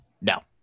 No